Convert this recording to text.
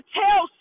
tell